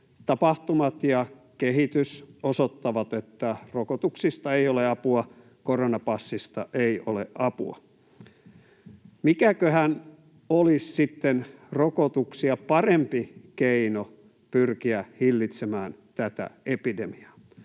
tapahtumat ja kehitys osoittavat, että rokotuksista ei ole apua, koronapassista ei ole apua. Mikäköhän olisi sitten rokotuksia parempi keino pyrkiä hillitsemään tätä epidemiaa?